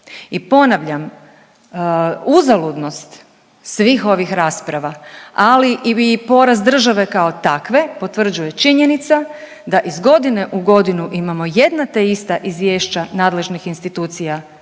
I ponavljam uzaludnost svih ovih rasprava, ali i poraz države kao takve potvrđuje činjenica da iz godine u godinu imamo jedna te ista izvješća nadležnih institucija